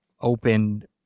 opened